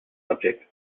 subject